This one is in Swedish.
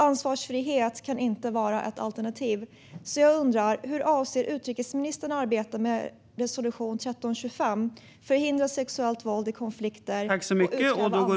Ansvarsfrihet kan inte vara ett alternativ. Jag undrar: Hur avser utrikesministern att arbeta med resolution 1325, förhindra sexuellt våld i konflikter och utkräva ansvar?